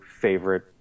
favorite